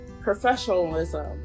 professionalism